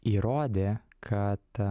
įrodė kad